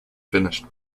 finished